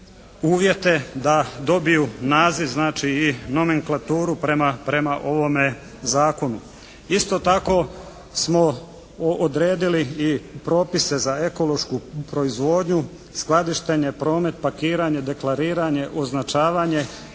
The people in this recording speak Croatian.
uvjete da dobiju naziv znači i nomenklaturu prema ovome Zakonu. Isto tako smo odredili i propise za ekološku proizvodnju, skladištenje, promet, pakiranje, deklariranje, označavanje